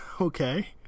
Okay